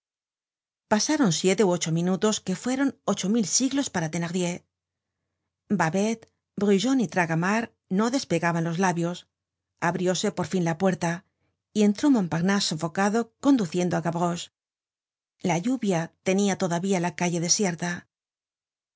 pasaron siete ú ocho minutos que fueron ocho mil siglos para thenardier babet brujon y tragamar no despegaban los labios abrióse por fin la puerta y entró montparnase sofocado conduciendo á gavroche la lluvia tenia todavía la calle desierta